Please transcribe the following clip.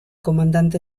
comandante